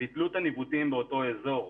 את הניווטים באותו אזור.